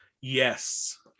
Yes